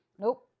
Nope